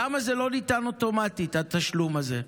למה זה לא ניתן אוטומטית, התשלום הזה?